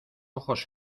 ojos